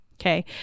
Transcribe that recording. Okay